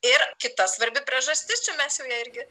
ir kita svarbi priežastis čia mes jau ją irgi